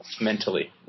mentally